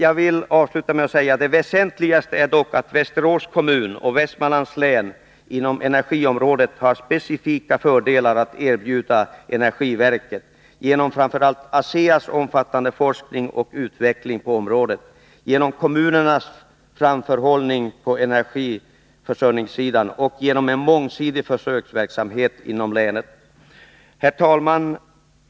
Det väsentligaste är dock att Västerås kommun och Västmanlands län inom energiområdet har specifika fördelar att erbjuda energiverket genom framför allt ASEA:s omfattande forskning och utveckling på området, genom kommunens framförhållning på energiförsörjningssidan och genom en mångsidig försöksverksamhet inom länet. Herr talman!